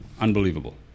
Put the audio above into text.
unbelievable